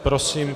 Prosím.